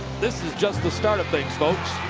this is just the start of things, folks.